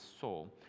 soul